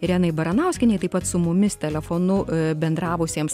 irenai baranauskienei taip pat su mumis telefonu bendravusiems